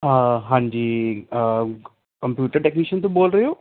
ਹਾਂ ਹਾਂਜੀ computer technician ਤੋਂ ਬੋਲ ਰਹੇ ਹੋ